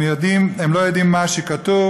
הם לא יודעים מה שכתוב,